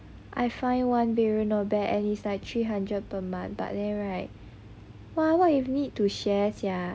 I find one bedroom not bad and it's like three hundred per month but then right !wah! what if need to share sia